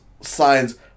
signs